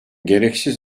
gereksiz